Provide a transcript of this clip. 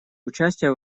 участие